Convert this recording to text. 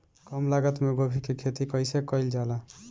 कम लागत मे गोभी की खेती कइसे कइल जाला?